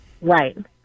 Right